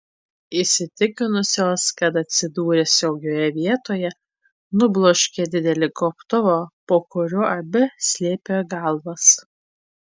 įsitikinusios kad atsidūrė saugioje vietoje nubloškė didelį gobtuvą po kuriuo abi slėpė galvas